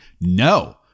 no